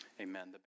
Amen